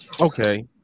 okay